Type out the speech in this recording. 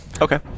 Okay